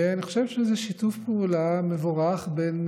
ואני חושב שזה שיתוף פעולה מבורך בין